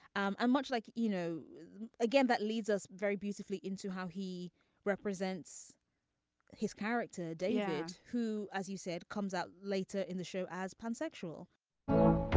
um and much like you know again that leads us very beautifully into how he represents his character david who as you said comes out later in the show as pansexual